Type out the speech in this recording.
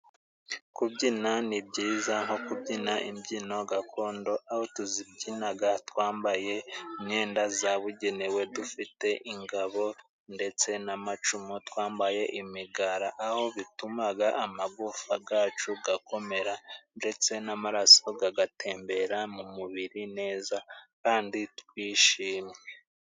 Kubyina ni byiza, nko kubyina imbyino gakondo aho tuzibyinaga twambaye imyenda zabugenewe dufite ingabo ndetse n'amacumu, twambaye imigara, aho bitumaga amagufa gacu gakomera ndetse n'amaraso gagatembera mu mubiri neza kandi twishimye.